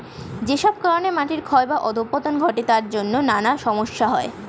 যেসব কারণে মাটি ক্ষয় বা অধঃপতন ঘটে তার জন্যে নানা সমস্যা হয়